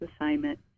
assignment